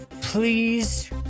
Please